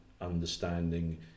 understanding